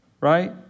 right